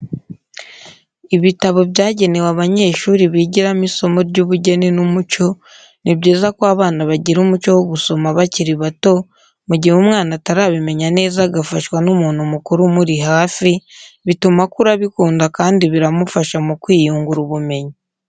Ibitabo byagewe abanyeshuri bigiramo isomo ry'ubugeni n'umuco, ni byiza ko abana bagira umuco wo gusoma bakiri bato mu gihe umwana atarabimenya neza agafaswa n'umuntu mukuru umuri hafi, bituma akura abikunda kandi biramufasha mu kwiyungura ubumenyi.